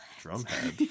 Drumhead